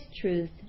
truth